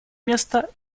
место